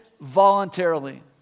voluntarily